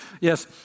Yes